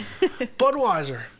Budweiser